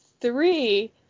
three